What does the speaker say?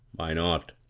why not?